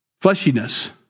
Fleshiness